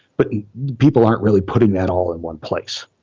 but people aren't really putting that all in one place.